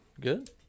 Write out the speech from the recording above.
good